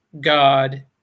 god